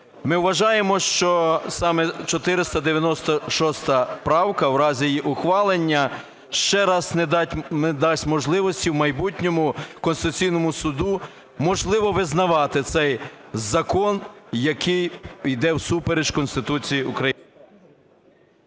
Ми вважаємо, що саме 496 правка, у разі її ухвалення, ще раз не дасть можливості в майбутньому Конституційному Суду, можливо, визнавати цей закон, який йде всупереч Конституції України.